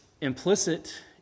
implicit